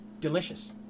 delicious